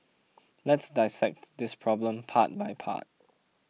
let's dissect this problem part by part